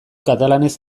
katalanez